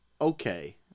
okay